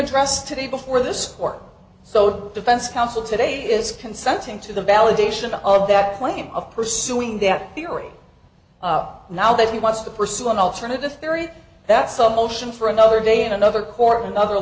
addressed today before this court so defense counsel today is consenting to the validation of that claim of pursuing that theory now that he wants to pursue an alternative theory that some motion for another day in another court and other